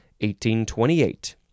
1828